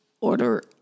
order